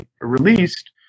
released